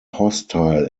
hostile